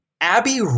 Abby